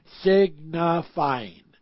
signifying